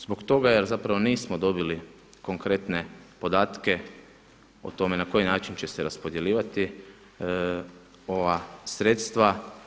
Zbog toga jer nismo dobili konkretne podatke o tome na koji način će se raspodjeljivati ova sredstva.